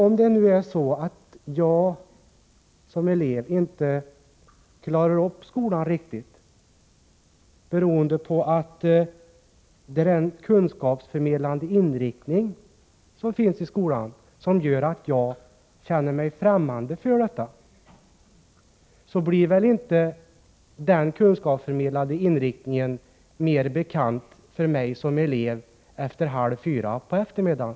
Om jag som elev inte klarar av skolan riktigt, beroende på att jag känner mig främmande för den kunskapsförmedlande inriktning som skolan har, blir väl inte den kunskapsförmedlande inriktningen mer attraktiv för mig som elev efter halv fyra på eftermiddagen?